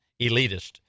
elitist